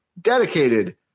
Dedicated